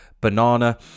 banana